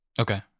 Okay